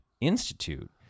institute